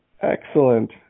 Excellent